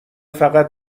فقط